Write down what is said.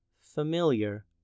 familiar